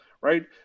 right